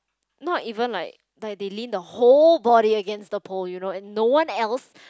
not even like like they lean the whole body against the pole you know and no one else